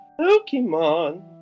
Pokemon